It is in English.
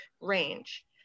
range